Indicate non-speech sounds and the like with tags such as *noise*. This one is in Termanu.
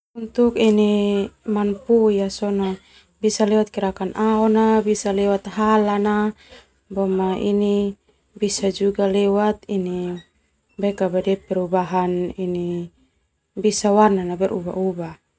Untuk ini manupui ya sona bisa lewat gerakan aona, bisa lewat hala na, boma ini bisa juga lewat ini *unintelligible* perubahan ini bisa warna na berubah-ubah.